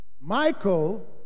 Michael